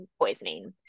poisoning